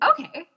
Okay